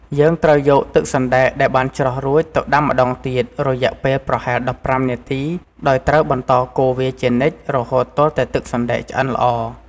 យើងត្រូវយកទឹកសណ្ដែកដែលបានច្រោះរួច ទៅដាំម្តងទៀត រយៈពេលប្រហែល ១៥ នាទី ដោយត្រូវបន្តកូរវាជានិច្ច រហូតទាល់តែទឹកសណ្ដែកឆ្អិនល្អ។